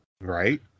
Right